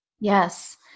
yes